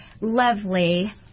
lovely